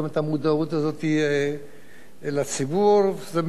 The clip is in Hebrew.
וזה בשיתוף עם משרד החינוך.